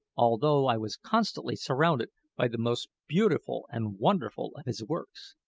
although i was constantly surrounded by the most beautiful and wonderful of his works.